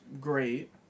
great